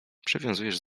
przywiązujesz